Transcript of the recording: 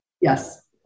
Yes